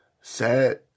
Sad